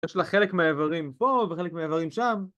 יש לה חלק מהעברים פה וחלק מהעברים שם.